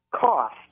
cost